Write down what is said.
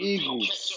Eagles